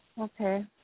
Okay